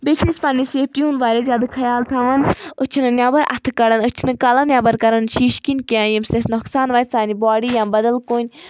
بیٚیہِ چھِ أسۍ پَننہِ سیفٹی ہُنٛد واریاہ زیادٕ خَیال تھاوان أسۍ چھِنہٕ نؠبَر اَتھٕ کَڑان أسۍ چھِنہٕ کَلَہٕ نؠبَر کَڑان شیٖشہٕ کِنۍ کینٛہہ ییٚمہِ سۭتۍ اَسہِ نۄقصان واتہِ سانہِ باڈی یا بَدَل کُنہِ